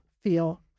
feel